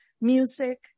music